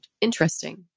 interesting